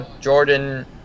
Jordan